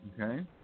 Okay